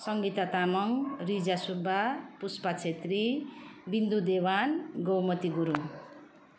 Sangita Tamang Rija Subba Pushpa Chhetri Bindu Dewan Gaumati Gurung